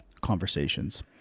conversations